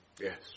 Yes